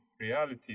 reality